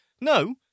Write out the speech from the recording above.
No